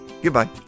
Goodbye